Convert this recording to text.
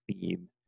theme